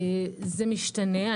זה משתנה.